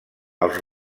els